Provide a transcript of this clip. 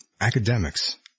academics